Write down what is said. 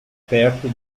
perto